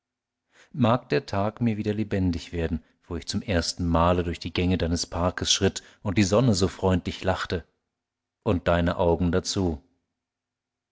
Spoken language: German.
mag der tag mir wieder lebendig werden wo ich zum ersten male durch die gänge deines parkes schritt und die sonne so freundlich lachte und deine augen dazu